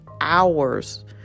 hours